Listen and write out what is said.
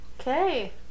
okay